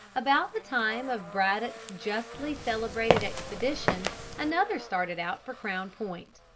about the time of braddock's justly celebrated expedition another started out for crown point.